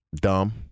dumb